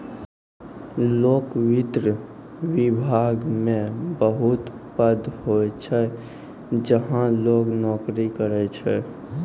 लोक वित्त विभाग मे बहुत पद होय छै जहां लोग नोकरी करै छै